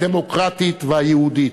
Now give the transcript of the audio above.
הדמוקרטית והיהודית.